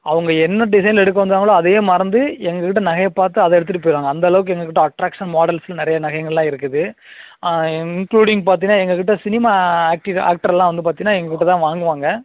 அவங்க என்ன டிசைனில் எடுக்க வந்தாங்களோ அதையே மறந்து எங்கள் கிட்டே நகையை பார்த்து அதை எடுத்துகிட்டு போயிடுவாங்க அந்த அளவுக்கு எங்கள் கிட்டே அட்ராக்க்ஷன் மாடல்ஸ் நிறைய நகைங்களெலாம் இருக்குது ஆ இன்க்ளூடிங் பார்த்தீங்கன்னா எங்கள் கிட்டே சினிமா ஆக்ட்டி ஆக்டரெலாம் வந்து பார்த்தீங்கன்னா எங்கள் கிட்டே தான் வாங்குவாங்க